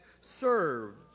served